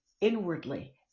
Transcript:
inwardly